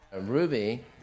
Ruby